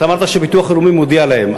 אתה אמרת שהביטוח הלאומי מודיע להם,